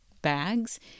bags